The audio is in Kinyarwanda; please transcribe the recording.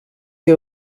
iyo